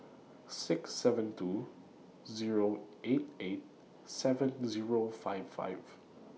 six seven two Zero eight eight seven Zero five five